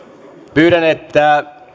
pyydän että